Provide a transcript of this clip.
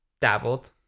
dabbled